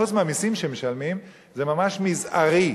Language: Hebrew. חוץ מהמסים שהן משלמות, זה ממש מזערי.